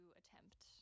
attempt